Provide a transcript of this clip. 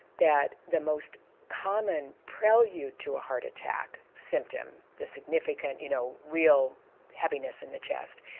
that the most common prelude to a heart attack symptom, the significant you know real heaviness in the chest,